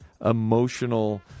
emotional